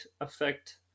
affect